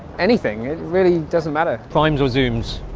anything it really doesn't matter primes or zooms.